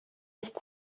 nicht